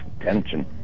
tension